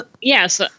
Yes